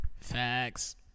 Facts